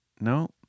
No